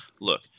look